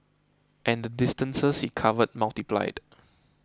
and the distances he covered multiplied